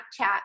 Snapchat